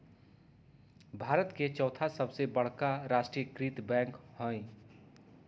भारत के चौथा सबसे बड़का राष्ट्रीय कृत बैंक हइ